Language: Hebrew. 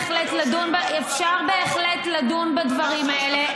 אפשר בהחלט לדון בדברים האלה.